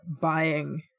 buying